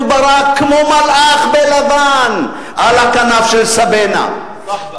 ברק כמו מלאך בלבן על הכנף של "סבנה" סחבק.